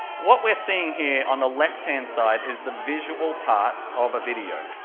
what we're seeing here on the left-hand side is the visual part of a video,